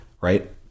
right